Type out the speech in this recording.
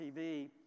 TV